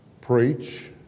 preach